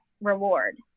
reward